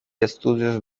estudios